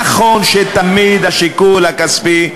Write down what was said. נכון שתמיד השיקול הכספי,